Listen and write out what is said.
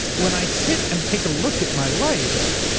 when i sit and take a look at my life,